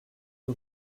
que